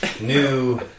new